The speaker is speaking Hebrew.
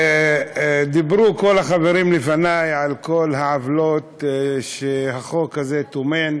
דיברו כל החברים לפני על כל העוולות שהחוק הזה טומן,